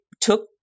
took